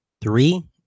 three